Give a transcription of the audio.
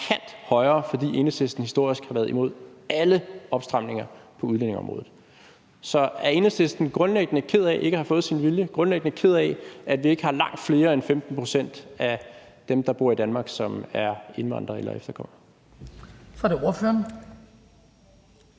markant højere, fordi Enhedslisten historisk har været imod alle opstramninger på udlændingeområdet. Så er Enhedslisten grundlæggende ked af ikke at have fået sin vilje, og at vi ikke har langt flere end 15 pct. af dem, der bor i Danmark, som er indvandrere eller efterkommere? Kl. 15:19 Den